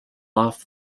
off